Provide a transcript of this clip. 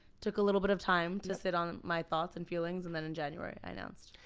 took a little bit of time to sit on my thoughts and feelings, and then in january i announced.